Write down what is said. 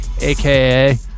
aka